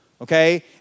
okay